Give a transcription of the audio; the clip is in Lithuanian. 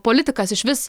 politikas išvis